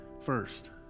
first